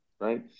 right